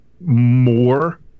more